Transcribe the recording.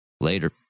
later